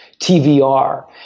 TVR